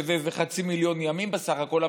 שזה חצי מיליון ימים בסך הכול,